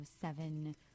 seven